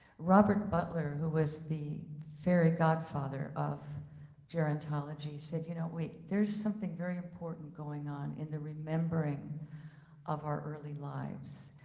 robert butler, who was the fairy godfather of gerontology said, you know, wait, there's something very important going on in the remembering of our early lives.